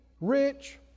rich